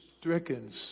stricken